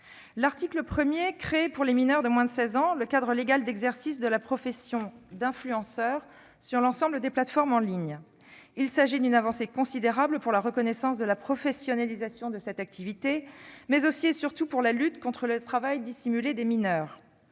L'article 1 crée, pour les mineurs de moins de 16 ans, le cadre légal d'exercice de la profession d'« influenceur » sur l'ensemble des plateformes en ligne. Il s'agit d'une avancée considérable pour la reconnaissance de la professionnalisation de cette activité, mais aussi et surtout en matière de lutte contre le travail dissimulé des mineurs.